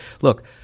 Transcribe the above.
Look